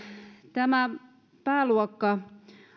tämä pääluokka